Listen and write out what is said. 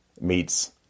meets